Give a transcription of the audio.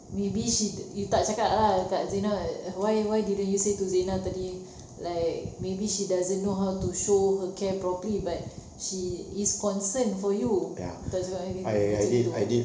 maybe she you tak cakap lah why why didn't you say to zina tadi like maybe she doesn't know how to show her care properly but she is concerned for you tak cakap dengan gitu tak cakap macam gitu